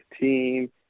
team